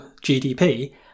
GDP